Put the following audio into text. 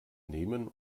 nehmen